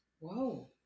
Whoa